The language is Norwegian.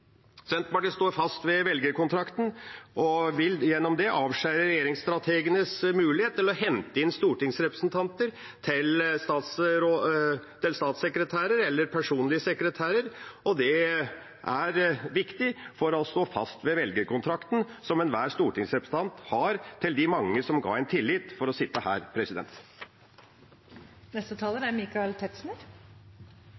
Senterpartiet står fast ved velgerkontrakten og vil gjennom det avskjære regjeringsstrategenes mulighet til å hente inn stortingsrepresentanter som statssekretærer eller personlige sekretærer. Det er viktig for å stå fast ved velgerkontrakten som enhver stortingsrepresentant har med de mange som ga dem tillit til å sitte her.